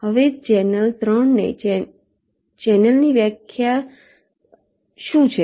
હવે ચેનલ 3 માં ચેનલની વ્યાખ્યા શું છે